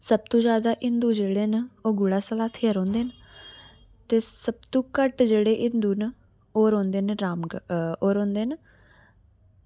सब्भ तू जैदा हिंदू जेह्ड़े न ओह् गुढ़ा स्लाथिया रौंह्दे न ते सब तू घट्ट जेह्ड़े हिंदू न ओह् रौंह्दे न रामग ओह् रौहंदे न